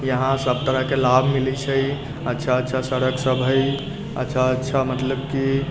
यहाँ सब तरहके लाभ मिलै छै अच्छा अच्छा सड़कसब हइ अच्छा अच्छा मतलब कि